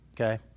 Okay